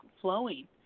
flowing